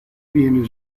viene